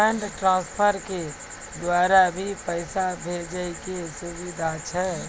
Fund transfer के द्वारा भी पैसा भेजै के सुविधा छै?